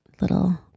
little